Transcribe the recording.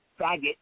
faggot